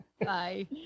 Bye